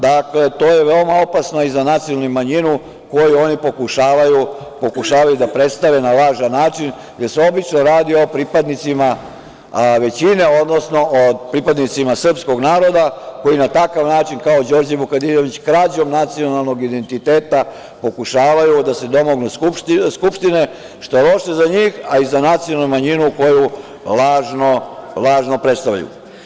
Dakle, to je veoma opasno i za nacionalnu manjinu koju oni pokušavaju da predstave na lažan način, jer se obično radi o pripadnicima većine, odnosno o pripadnicima srpskog naroda koji na takav način kao Đorđe Vukadinović krađom nacionalnog identiteta pokušavaju da se domognu Skupštine, što je loše za njih a i za nacionalnu manjinu koju lažno predstavljaju.